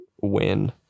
win